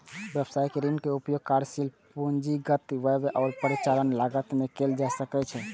व्यवसायिक ऋण के उपयोग कार्यशील पूंजीगत व्यय आ परिचालन लागत मे कैल जा सकैछ